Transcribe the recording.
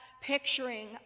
picturing